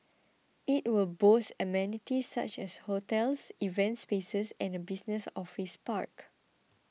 it will boast amenities such as hotels events spaces and a business office park